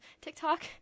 TikTok